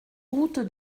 route